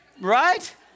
Right